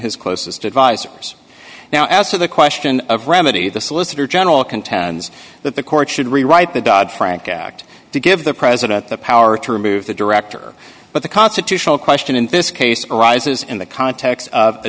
his closest advisors now as to the question of remedy the solicitor general contends that the court should rewrite the dodd frank act to give the president the power to remove the director but the constitutional question in this case arises in the context of a